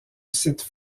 site